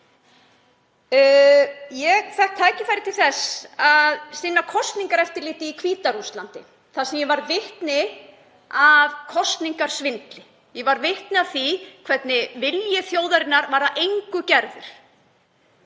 Ég fékk tækifæri til þess að sinna kosningaeftirliti í Hvíta-Rússlandi þar sem ég varð vitni að kosningasvindli. Ég varð vitni að því hvernig vilji þjóðarinnar var að engu gerður.